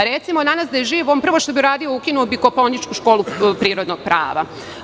Recimo, danas da je živ, prvo što bi uradio, ukinuo bi kopaoničku školu prirodnog prava.